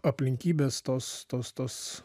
aplinkybės tos tos tos